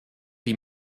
die